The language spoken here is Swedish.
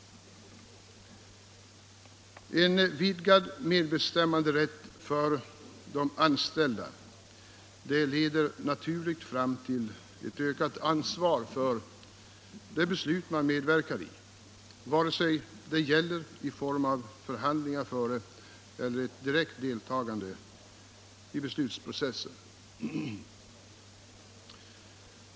Ett vidgat medbestämmanderätt för de anställda leder naturligt fram till ett ökat ansvar för de beslut man medverkar i — vare sig det gäller i form av förhandlingar före eller ett direkt deltagande i beslutsprocessen.